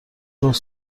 گفت